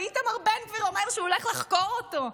ואיתמר בן גביר אומר שהוא הולך לחקור אותו.